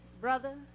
Brother